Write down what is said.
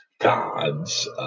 gods